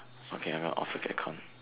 okay I'm off the back ah